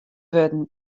wurden